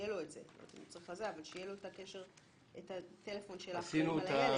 שיהיה לו את מספר הטלפון של האחראים על הילד.